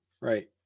Right